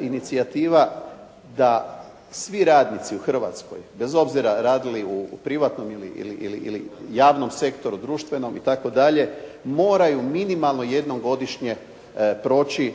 inicijativa da svi radnici u Hrvatskoj, bez obzira radili u privatnom ili javnom sektoru, društvenom itd. moraju minimalno jednom godišnje proći